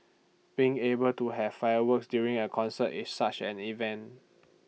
being able to have fireworks during A concert is such an event